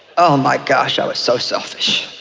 oh my gosh, i was so selfish,